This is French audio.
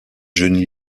jeunes